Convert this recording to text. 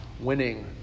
winning